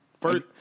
first –